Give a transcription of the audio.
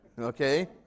okay